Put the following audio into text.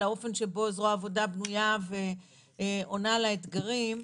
על האופן שבו זרוע העבודה בנויה ועונה על האתגרים.